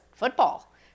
Football